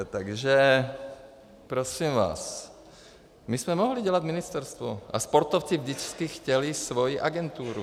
Takže prosím vás, my jsme mohli dělat ministerstvo a sportovci vždycky chtěli svoji agenturu.